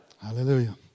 Hallelujah